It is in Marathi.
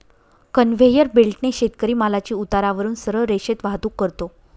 कन्व्हेयर बेल्टने शेतकरी मालाची उतारावरून सरळ रेषेत वाहतूक करतो